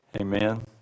Amen